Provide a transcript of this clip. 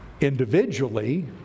individually